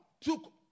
took